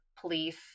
police